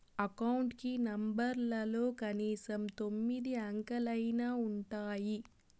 account కి నెంబర్లలో కనీసం తొమ్మిది అంకెలైనా ఉంటాయి